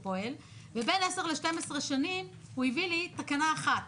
ובין עשר ל-12 שנים הוא הביא לי תקנה אחת.